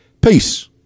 Peace